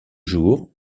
jours